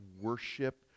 worship